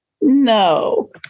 No